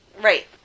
Right